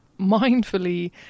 mindfully